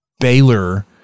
Baylor